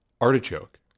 Artichoke